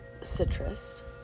citrus